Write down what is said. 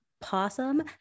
possum